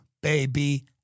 Baby